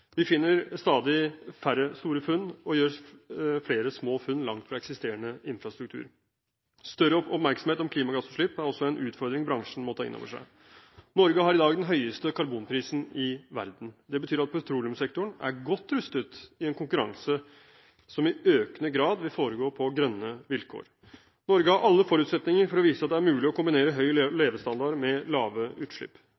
Vi gjør stadig færre store funn og gjør flere små funn langt fra eksisterende infrastruktur. Større oppmerksomhet om klimagassutslipp er også en utfordring bransjen må ta inn over seg. Norge har i dag den høyeste karbonprisen i verden. Det betyr at petroleumssektoren er godt rustet i en konkurranse som i økende grad vil foregå på grønne vilkår. Norge har alle forutsetninger for å vise at det er mulig å kombinere